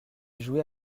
jouait